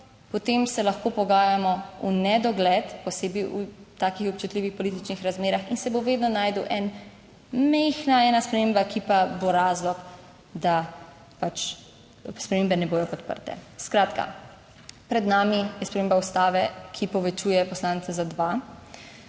potem se lahko pogajamo v nedogled, posebej v takih občutljivih političnih razmerah, in se bo vedno našel en, majhna ena sprememba, ki pa bo razlog, da pač spremembe ne bodo podprte. Skratka pred nami je sprememba Ustave, ki povečuje poslance za dva,